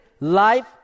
life